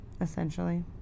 essentially